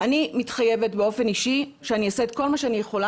אני מתחייבת באופן אישי שאני אעשה כל מה שאני יכולה,